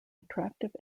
attractive